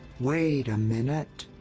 wait a minute.